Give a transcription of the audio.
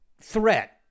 threat